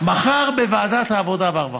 בוועדת העבודה והרווחה.